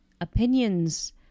opinions